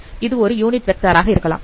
அது ஒரு யூனிட்வெக்டார் ஆக இருக்கலாம்